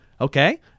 Okay